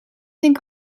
think